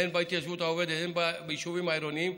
הן בהתיישבות העובדת והן ביישובים העירוניים,